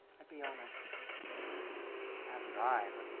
i'd be honored, actually. will as would i, but